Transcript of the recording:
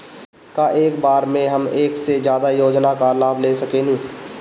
का एक बार में हम एक से ज्यादा योजना का लाभ ले सकेनी?